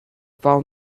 found